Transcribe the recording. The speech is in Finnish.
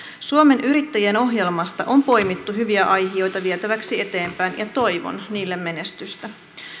suomen yrittäjien ohjelmasta on poimittu hyviä aihioita vietäväksi eteenpäin ja toivon niille menestystä